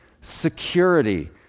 security